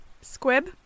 Squib